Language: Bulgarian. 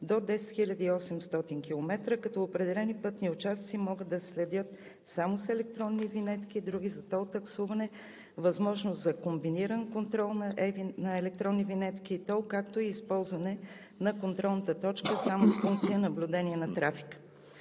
до 10 800 км, като определени пътни участъци могат да се следят само с електронни винетки и други за тол таксуване; възможност за комбиниран контрол на електронни винетки и тол, както и използване на контролната точка само с функция „Наблюдение на трафика“;